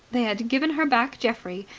they had given her back geoffrey,